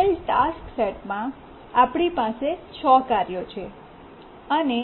આપેલ ટાસ્ક સેટમાં આપણી પાસે 6 કાર્યો છે અને